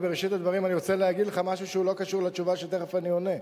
בראשית הדברים אני רוצה להגיד לך משהו שלא קשור לתשובה שתיכף אני עונה.